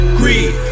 greed